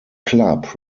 club